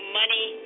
money